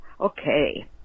Okay